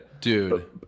dude